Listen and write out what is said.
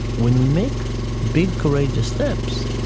when we make big courageous steps